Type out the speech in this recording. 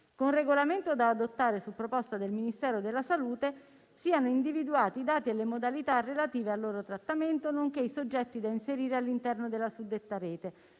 con regolamento da adottare su proposta del Ministero della salute, siano individuati i dati e le modalità relative al loro trattamento, nonché i soggetti da inserire all'interno della suddetta Rete,